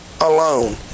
alone